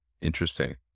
Interesting